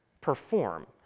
perform